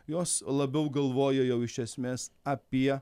jos labiau galvojo jau iš esmės apie